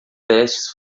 testes